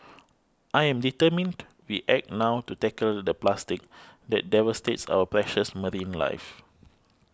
I am determined we act now to tackle the plastic that devastates our precious marine life